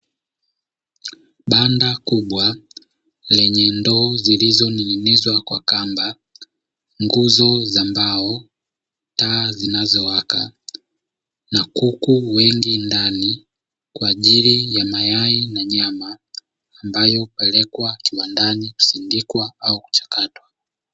Banda kubwa lenye ndoo zilizoningwa kwa kamba, nguzo za mbao, taa zinazowaka na kuku wengi ndani kwa ajili ya mayai na nyama. Ambayo pelekwa kiwandani sindikwa au mchakato.